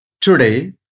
Today